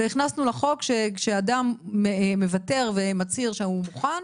והכנסנו לחוק שכשאדם מוותר ומצהיר שהוא מוכן,